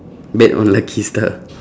bet on lucky star